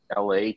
LA